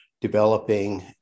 developing